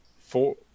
Four